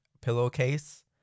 pillowcase